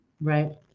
Right